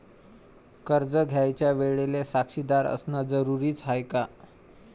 कर्ज घ्यायच्या वेळेले साक्षीदार असनं जरुरीच हाय का?